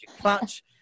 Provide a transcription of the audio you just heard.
clutch